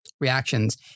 reactions